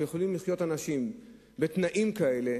שיכולים לחיות אנשים בתנאים כאלה,